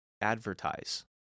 advertise